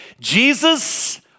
Jesus